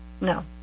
No